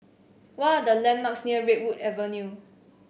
what are the Landmarks near Redwood Avenue